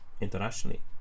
internationally